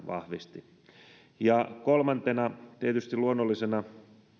vahvisti kolmantena tietysti luonnollisena